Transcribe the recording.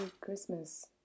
christmas